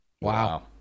Wow